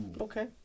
Okay